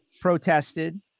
protested